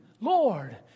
Lord